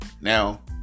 now